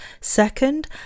Second